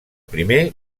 primer